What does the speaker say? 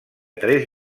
tres